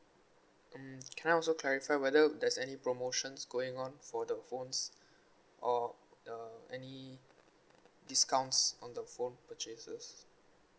um can I also clarify whether there's any promotions going on for the phones or the any discounts on the phone purchases